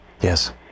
Yes